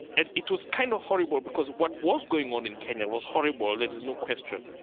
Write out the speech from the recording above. and it was kind of horrible, because what was going on in kenya was horrible, that is no question,